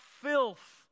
filth